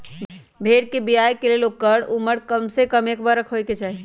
भेड़ कें बियाय के लेल ओकर उमर कमसे कम एक बरख होयके चाही